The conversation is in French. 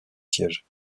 siège